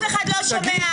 שגית,